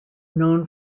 known